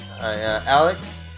Alex